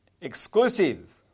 exclusive